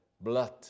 blood